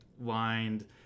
lined